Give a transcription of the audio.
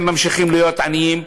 הם ממשיכים להיות עניים.